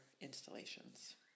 installations